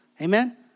Amen